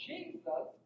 Jesus